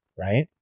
right